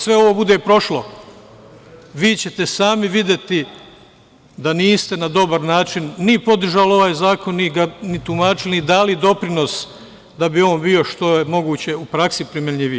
sve ovo bude prošlo vi ćete sami videti da niste na dobar način, ni podržali ovaj zakon, ni tumačili, ni dali doprinos da bi on bio što je moguće u praksi primenljiviji.